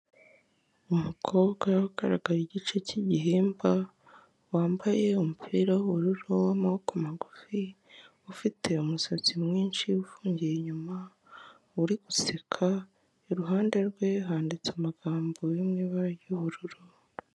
Umukobwa ugaragaye igice cyigihimba wambaye umupira w'ubururu w'amaboko magufi ufite umusatsi mwinshi ufungiye inyuma uri guseka iruhande rwe handitse amagambo yibara y'ubururu.